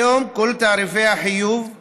כיום כל תעריפי החיוב,